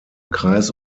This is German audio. kreis